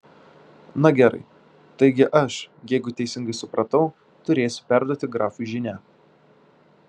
na gerai taigi aš jeigu teisingai supratau turėsiu perduoti grafui žinią